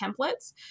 templates